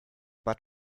but